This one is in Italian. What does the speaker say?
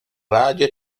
radio